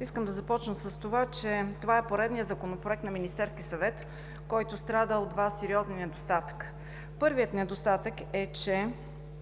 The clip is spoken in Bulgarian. Искам да започна с това, че това е поредният законопроект на Министерския съвет, който страда от два сериозни недостатъка. Първият недостатък е, че